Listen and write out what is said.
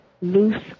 loose